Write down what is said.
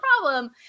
problem